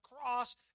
cross